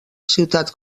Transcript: ciutat